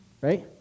Right